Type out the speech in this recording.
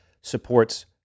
supports